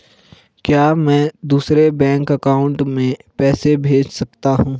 क्या मैं दूसरे बैंक अकाउंट में पैसे भेज सकता हूँ?